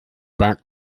back